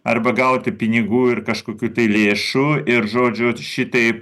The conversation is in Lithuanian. arba gauti pinigų ir kažkokių tai lėšų ir žodžiu vat šitaip